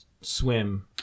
swim